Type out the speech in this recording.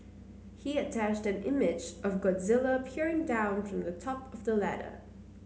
he attached an image of Godzilla peering down from the top of the ladder